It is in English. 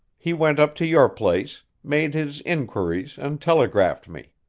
he went up to your place, made his inquiries and telegraphed me.